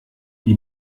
die